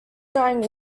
drying